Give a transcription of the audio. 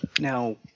Now